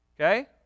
okay